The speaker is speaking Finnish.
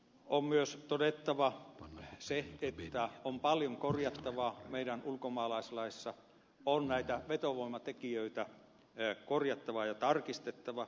on myös todettava se että on paljon korjattavaa meidän ulkomaalaislaissamme näitä vetovoimatekijöitä on korjattava ja tarkistettava